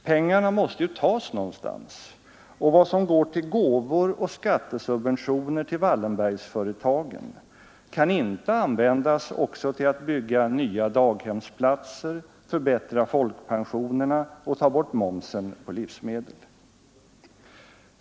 Pengarna måste ju tas någonstans, och vad som går till gåvor och skattesubventioner till Wallenbergsföretagen kan inte användas också till att bygga nya daghemsplatser, förbättra folkpensionerna och ta bort momsen på livsmedel.